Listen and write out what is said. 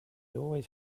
always